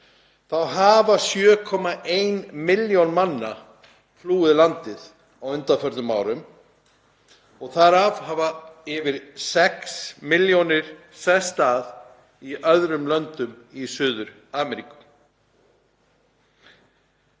hefur 7,1 milljón manna flúið landið á undanförnum árum, þar af hafa yfir 6 milljónir sest að í öðrum löndum í Suður-Ameríku.